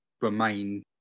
remain